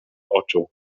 oczu